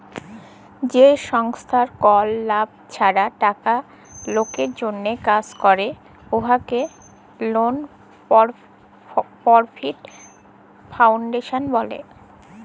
যে সংস্থার কল লাভ ছাড়া টাকা লকের জ্যনহে কাজ ক্যরে উয়াকে লল পরফিট ফাউল্ডেশল ব্যলে